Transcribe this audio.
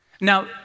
now